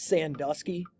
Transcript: Sandusky